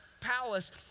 palace